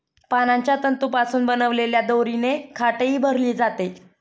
पानांच्या तंतूंपासून बनवलेल्या दोरीने खाटही भरली जाते